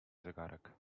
zegarek